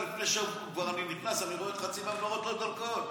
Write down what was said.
כבר אני נכנס, ואני רואה חצי מהמנורות לא דולקות.